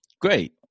Great